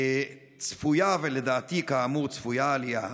צפויה, לדעתי, כאמור, צפויה עלייה.